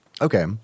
Okay